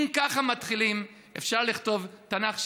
אם כך מתחילים, אפשר לכתוב תנ"ך שלם.